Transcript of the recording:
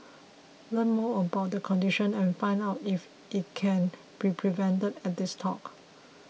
learn more about the condition and find out if it can be prevented at this talk